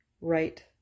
right